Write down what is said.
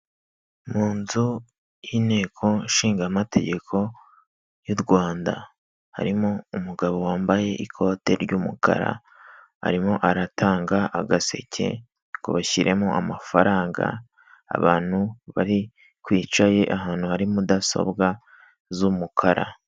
Mu nzu y'inteko shingamategeko y'u Rwanda, harimo umugabo wambaye ikote ry'umukara arimo aratanga agaseke ngo bashyimo amafaranga, abantu bari kwicaye ahantu hari mudasobwa z'umukara.